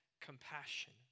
compassion